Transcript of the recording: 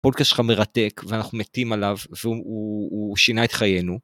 פודקאסט שלך מרתק ואנחנו מתים עליו והוא שינה את חיינו.